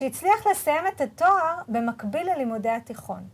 הצליח לסיים את התואר במקביל ללימודי התיכון.